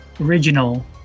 original